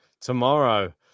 Tomorrow